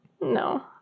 No